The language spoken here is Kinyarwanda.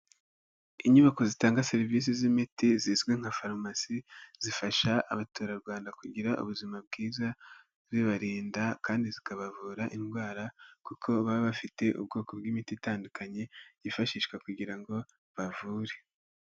Inyubako zitanga serivisi z'imiti zizwi nka farumasi ,zifasha abaturarwanda kugira ubuzima bwiza ,zibarinda kandi zikabavura indwara kuko baba bafite ubwoko bw'imiti itandukanye yifashishwa kugira ngo bavure.